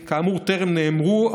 הדברים טרם נאמרו,